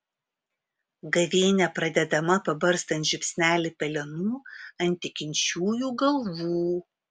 gavėnia pradedama pabarstant žiupsnelį pelenų ant tikinčiųjų galvų